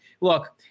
Look